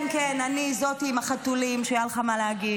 כן כן, אני זאתי עם החתולים, שהיה לך מה להגיד,